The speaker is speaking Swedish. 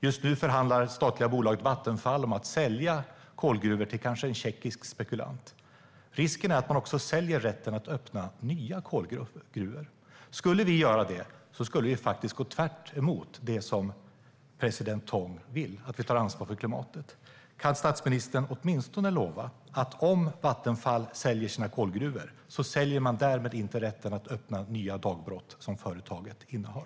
Just nu förhandlar det statliga bolaget Vattenfall om att sälja kolgruvor, kanske till en tjeckisk spekulant. Risken är att Vattenfall också säljer rätten att öppna nya kolgruvor. Om vi gjorde det skulle vi gå tvärt emot det som president Tong vill, nämligen att ta ansvar för klimatet. Kan statsministern åtminstone lova att om Vattenfall säljer sina kolgruvor säljer de därmed inte rätten att öppna nya dagbrott som företaget innehar?